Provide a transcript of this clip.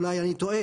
אולי אני טועה,